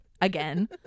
Again